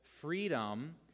freedom